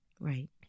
Right